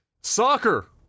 Soccer